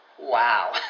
wow